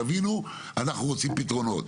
אנחנו רוצים פתרונות,